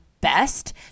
best